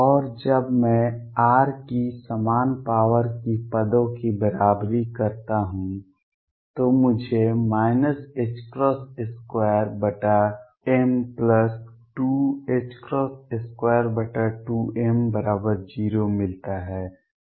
और जब मैं r की समान पॉवर की पदों की बराबरी करता हूं तो मुझे 2m222m0 मिलता है